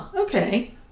okay